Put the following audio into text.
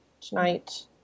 tonight